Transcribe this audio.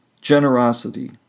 generosity